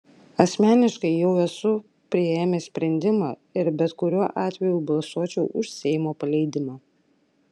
asmeniškai jau esu priėmęs sprendimą ir bet kuriuo atveju balsuočiau už seimo paleidimą